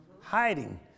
hiding